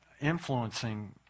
influencing